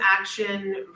action